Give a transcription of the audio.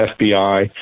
FBI